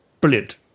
Brilliant